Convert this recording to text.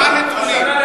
מה הנתונים?